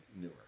newer